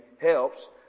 helps